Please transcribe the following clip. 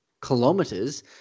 kilometers